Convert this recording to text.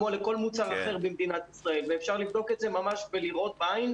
כמו לכל מוצר אחר במדינת ישראל ואפשר לבדוק את זה ממש ולראות בעין,